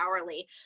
hourly